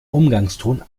umgangston